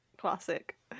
classic